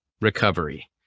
Recovery